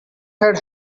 had